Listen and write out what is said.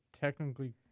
technically